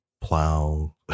plow